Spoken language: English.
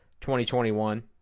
2021